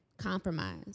Compromise